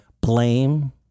blame